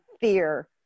fear